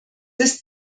ist